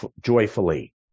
joyfully